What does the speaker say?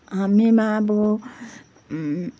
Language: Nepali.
हामीमा अब